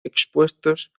expuestos